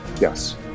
Yes